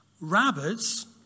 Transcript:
Rabbits